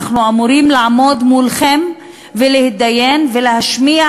אנחנו אמורים לעמוד מולכם ולהתדיין ולהשמיע